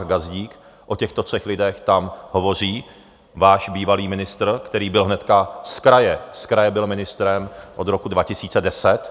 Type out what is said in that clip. Gazdík, o těchto třech lidech tam hovoří váš bývalý ministr, který byl hnedka zkraje ministrem od roku 2010.